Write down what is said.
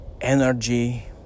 energy